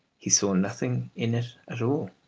he saw nothing in it at all.